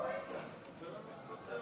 איפה היית,